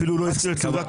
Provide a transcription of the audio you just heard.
אפילו לא הזכיר את יתרו.